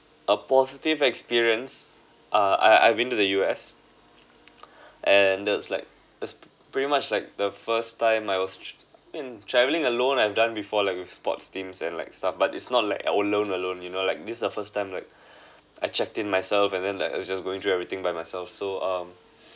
a positive experience uh I I've been to the U_S and that's like that's pretty much like the first time I was trav~ travelling alone I've done before like with sports teams and like stuff but it's not like all alone alone you know like this is the first time like I checked in myself and then like I just going through everything by myself so um